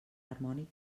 harmònic